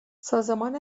سازمان